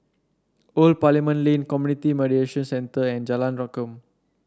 Old Parliament Lane Community Mediation Centre and Jalan Rengkam